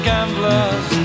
Gamblers